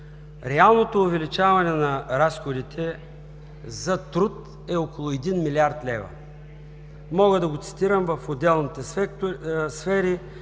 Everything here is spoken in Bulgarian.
реалното увеличаване на разходите за труд е около 1 млрд. лв. Мога да го цитирам в отделните сфери